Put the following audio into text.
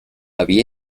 había